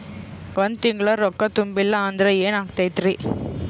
ಒಂದ ತಿಂಗಳ ರೊಕ್ಕ ತುಂಬಿಲ್ಲ ಅಂದ್ರ ಎನಾಗತೈತ್ರಿ?